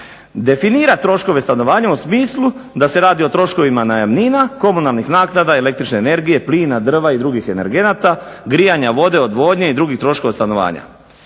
definira troškove stanovanja u smislu da se radi o troškovima najamnina, komunalnih naknada, električne energije, plina, drva i drugih energenata, grijanja, vode, odvodnje i drugih troškova stanovanja.